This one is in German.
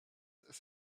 ist